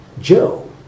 Joe